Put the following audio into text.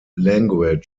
language